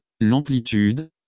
l'amplitude